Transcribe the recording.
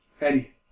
Eddie